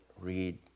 read